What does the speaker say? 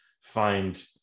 find